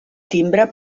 timbre